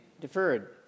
deferred